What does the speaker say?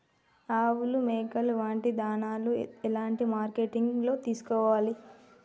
ఆవులు మేకలు వాటి దాణాలు ఎలాంటి మార్కెటింగ్ లో తీసుకోవాలి?